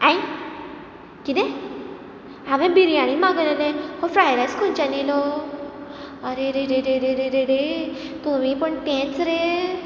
हेंय किदें हांवें बिरयानी मागयलेलें हो फ्राय रायस खंयच्यान येयलो आरेरे रेरेरे तरी पूण तेंच रे